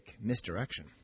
misdirection